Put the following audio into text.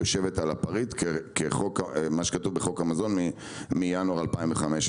היא יושבת על הפריט כמו שכתוב בחוק המזון מחודש ינואר